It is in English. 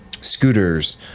scooters